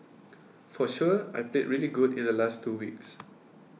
for sure I played really good in the last two weeks